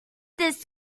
this